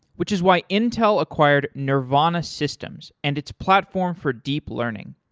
which is why intel acquired nervana systems and its platform for deep learning.